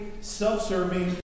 self-serving